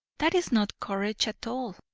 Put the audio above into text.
that is not courage at all,